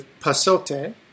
pasote